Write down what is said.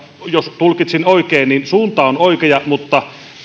jos tulkitsin oikein niin suunta on oikea mutta